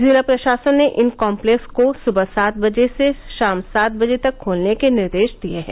जिला प्रशासन ने इन कॉम्लेक्स को सुबह सात से शाम सात बजे तक खोलने के निर्देश दिये हैं